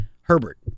Herbert